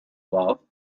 love